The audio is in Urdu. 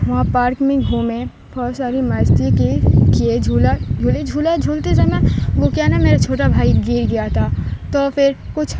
وہاں پارک میں گھومے بہت ساری مستی کی کیے جھولا جھولے جھولا جھولتے سمے نا وہ کیا نا میرا چھوٹا بھائی گر گیا تھا تو پھر کچھ